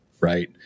Right